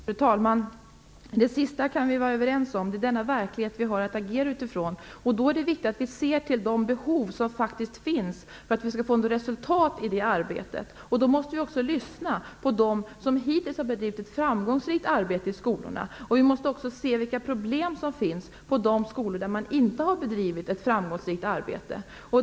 Fru talman! Det senaste kan vi vara överens om. Det är denna verklighet som vi har att agera utifrån. För att vi skall kunna få några resultat i det arbetet är det viktigt att vi ser till de behov som faktiskt finns. Då måste vi också lyssna på dem som hittills har bedrivit ett framgångsrikt arbete i skolorna. Vi måste också se efter vilka problem som finns på de skolor där man inte har bedrivit ett framgångsrikt arbete.